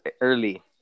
early